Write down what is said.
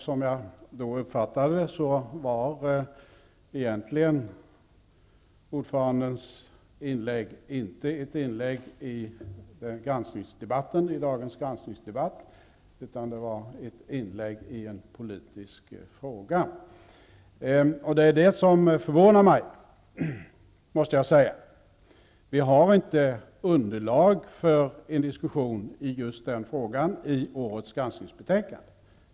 Som jag uppfattade det var ordförandens inlägg egentligen inte ett inlägg i dagens granskningsdebatt, utan ett inlägg i en politisk fråga. Det förvånar mig, måste jag säga. Vi har inte underlag i årets granskningsbetänkande för en diskussion i just den frågan.